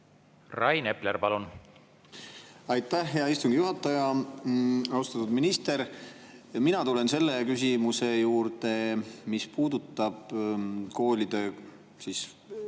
Rain Epler, palun! Aitäh, hea istungi juhataja! Austatud minister! Mina tulen selle küsimuse juurde, mis puudutab koolide teatud